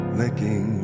licking